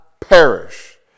perish